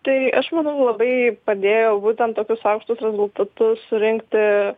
tai aš manau labai padėjo būtent tokius aukštus rezultatus surinkti